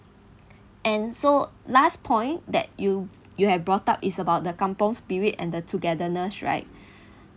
and so last point that you you have brought up is about the kampung spirit and the togetherness right